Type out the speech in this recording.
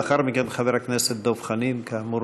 לאחר מכן, חבר הכנסת דב חנין, כאמור,